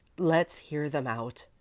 let's hear them out,